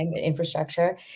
infrastructure